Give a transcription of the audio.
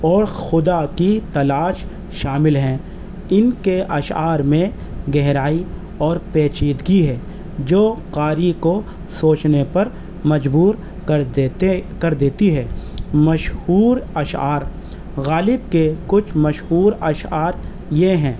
اور خدا کی تلاش شامل ہیں ان کے اشعار میں گہرائی اور پیچیدگی ہے جو قاری کو سوچنے پر مجبور کر دیتے کر دیتی ہے مشہور اشعار غالب کے کچھ مشہور اشعار یہ ہیں